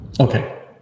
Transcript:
Okay